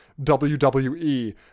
WWE